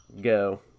go